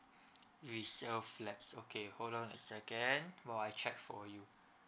resale flats okay hold on a second while I check for you